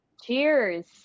cheers